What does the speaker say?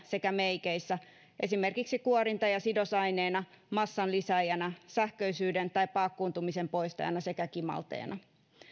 sekä meikeissä esimerkiksi kuorinta ja sidosaineena massan lisääjänä sähköisyyden tai paakkuuntumisen poistajana sekä kimalteena